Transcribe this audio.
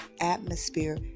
atmosphere